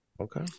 Okay